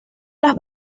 las